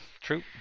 True